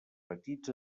petits